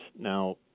Now